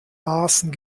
maßen